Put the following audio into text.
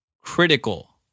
Critical